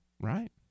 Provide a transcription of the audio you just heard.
Right